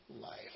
life